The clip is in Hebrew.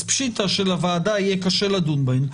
אז פשיטא שלוועדה יהיה קשה לדון בהן,